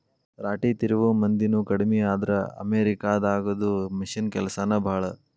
ರಾಟಿ ತಿರುವು ಮಂದಿನು ಕಡಮಿ ಆದ್ರ ಅಮೇರಿಕಾ ದಾಗದು ಮಿಷನ್ ಕೆಲಸಾನ ಭಾಳ